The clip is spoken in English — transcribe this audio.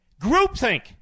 Groupthink